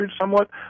somewhat